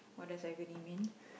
what does agony mean